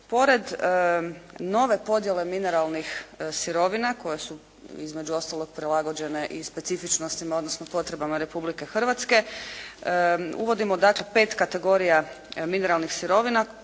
Pored nove podjele mineralnih sirovina koje su između ostaloga prilagođene i specifičnostima, odnosno potrebama Republike Hrvatske uvodimo dakle pet kategorija mineralnih sirovina.